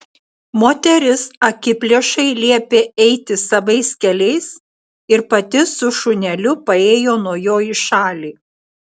moteris akiplėšai liepė eiti savais keliais ir pati su šuneliu paėjo nuo jo į šalį